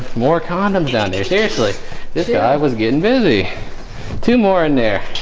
more condoms on there seriously this guy was getting busy two more in there